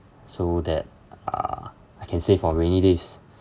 so that uh I can save for rainy days